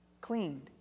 cleaned